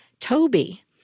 Toby